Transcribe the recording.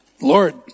Lord